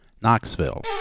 Knoxville